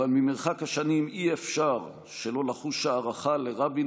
אבל ממרחק השנים אי-אפשר שלא לחוש הערכה לרבין